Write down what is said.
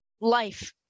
life